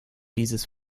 dieses